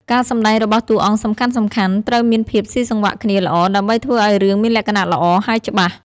ការសម្ដែងរបស់តួអង្គសំខាន់ៗត្រូវមានភាពស៊ីសង្វាក់គ្នាល្អ ដើម្បីធ្វើឲ្យរឿងមានលក្ខណៈល្អ ហើយច្បាស់។